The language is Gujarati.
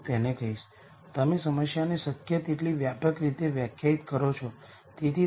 પરંતુ તેમાં ત્રણ સ્વતંત્ર આઇગન વેક્ટર હશે 1 0 0 0 1 0 અને 0 0 1